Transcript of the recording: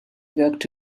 wirkt